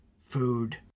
food